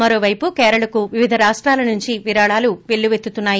మరోపైపు కేరళకు వివిద రాష్టాల నుంచి విరాళాలు పెల్లుపెత్తుతున్నాయి